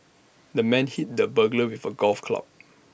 the man hit the burglar with A golf club